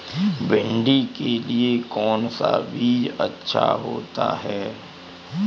भिंडी के लिए कौन सा बीज अच्छा होता है?